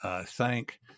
thank